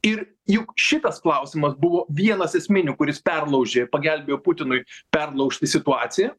ir juk šitas klausimas buvo vienas esminių kuris perlaužė pagelbėjo putinui perlaužti situaciją